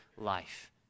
life